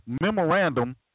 memorandum